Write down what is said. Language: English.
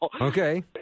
Okay